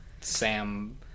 Sam